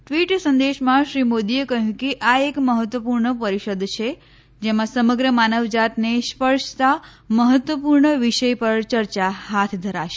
tweet સંદેશમાં શ્રી મોદીએ કહ્યું કે આ એક મહત્વપૂર્ણ પરિષદ છે જેમાં સમગ્ર માનવજાતને સ્પર્શતા મહત્વપૂર્ણ વિષય પર ચર્ચા હાથ ધરાશે